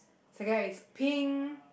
second one is pink